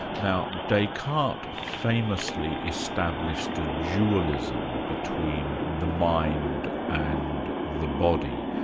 now, descartes famously established a dualism between the mind and the body,